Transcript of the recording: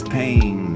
pain